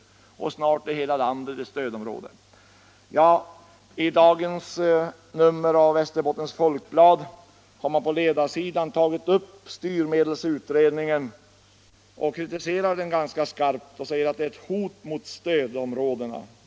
Snart är hela landet ett stödområde. I dagens nummer av Västerbottens Folkblad har man på ledarsidan tagit upp styrmedelsutredningen till en ganska skarp kritik därför att den är ett hot mot stödområdena.